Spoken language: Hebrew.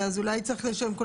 השאלה אם לשים את זה היום.